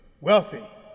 wealthy